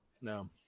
No